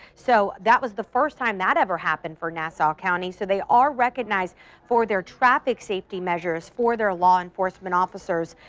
so that was the first time that ever happened for nassau county. so they are recognized for their traffic safety measures for their law enforcement officers.